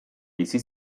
bizi